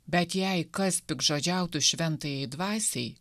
bet jei kas piktžodžiautų šventajai dvasiai